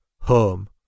home